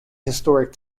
historic